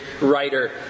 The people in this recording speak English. writer